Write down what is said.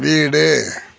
வீடு